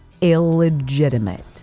illegitimate